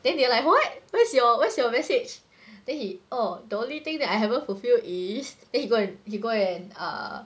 then they like what what's your what's your message then he oh the only thing that I haven't fulfil is then he go and he go and err